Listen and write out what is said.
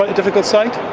ah difficult site,